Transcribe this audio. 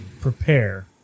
prepare